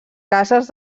cases